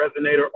Resonator